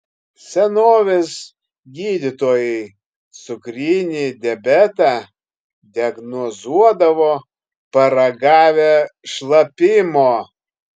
senovės gydytojai cukrinį diabetą diagnozuodavo paragavę šlapimo